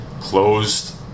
closed